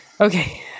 Okay